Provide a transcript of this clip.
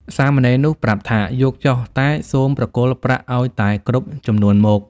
សាមណេរនោះប្រាប់ថា "យកចុះ! តែសូមប្រគល់ប្រាក់ឲ្យតែគ្រប់ចំនួនមក"។